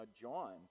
John